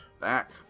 Back